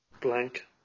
blank